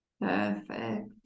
perfect